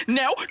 now